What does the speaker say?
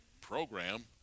program